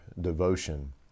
devotion